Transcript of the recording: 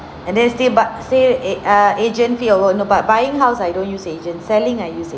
and then still but still eh err agent fee alone no but buying house I don't use agent selling I use